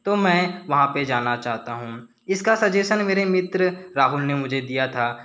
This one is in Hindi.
तो मैं वहाँ पे जाना चाहता हूँ इसका सजेशन मेरे मित्र राहुल ने मुझे दिया था